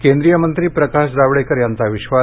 केंद्रीय मंत्री प्रकाश जावडेकर यांचा विश्वास